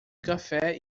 café